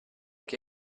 che